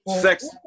sex